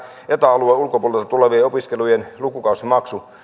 eta alueen ulkopuolelta tulevien opiskelijoiden lukukausimaksu